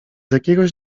jakiegoś